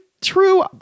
true